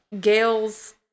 Gail's